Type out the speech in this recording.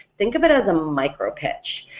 think of it as a micro pitch,